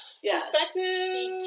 perspective